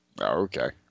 Okay